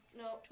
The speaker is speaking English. No